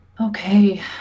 Okay